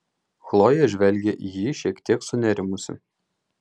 chlojė žvelgė į jį šiek tiek sunerimusi